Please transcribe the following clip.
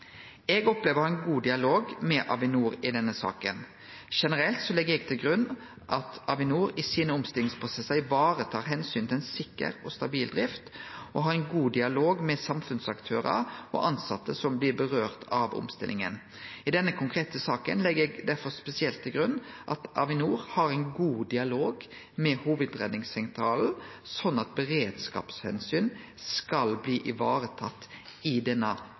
Eg opplever å ha ein god dialog med Avinor i denne saka. Generelt legg eg til grunn at Avinor i sine omstillingsprosessar tar vare på omsynet til sikker og stabil drift og har ein god dialog med samfunnsaktørar og tilsette som omstillinga vedkjem. I denne konkrete saka legg eg derfor spesielt til grunn at Avinor har ein god dialog med Hovudredningssentralen, slik at beredskapsomsyn skal bli varetatt i denne